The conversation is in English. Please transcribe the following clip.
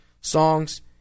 songs